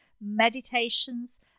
meditations